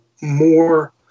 more